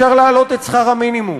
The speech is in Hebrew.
אפשר להעלות את שכר המינימום.